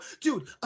Dude